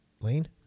Lane